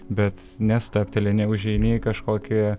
bet nestabteli neužeini į kažkokį